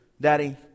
Daddy